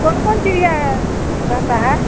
कौन कौन चिड़िया रहता है